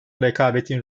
rekabetin